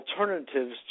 Alternatives